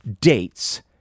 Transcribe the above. dates